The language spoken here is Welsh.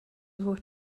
fod